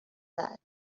that